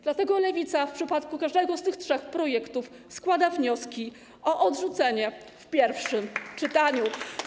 Dlatego Lewica w przypadku każdego z tych trzech projektów składa wnioski o odrzucenie w pierwszym czytaniu.